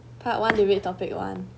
part one debate topic one